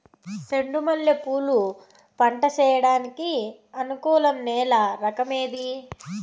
చెండు మల్లె పూలు పంట సేయడానికి అనుకూలం నేల రకం ఏది